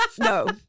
No